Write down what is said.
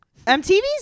MTV's